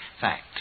fact